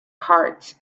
hearts